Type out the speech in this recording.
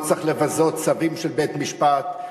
לא צריך לבזות צווים של בית-משפט.